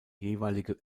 jeweilige